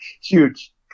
huge